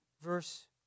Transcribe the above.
verse